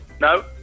No